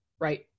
right